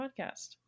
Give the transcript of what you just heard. podcast